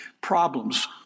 problems